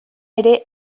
ere